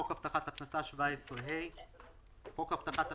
חוק הבטחת הכנסה 17ה. חוק הבטחת הכנסה,